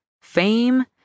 fame